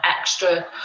extra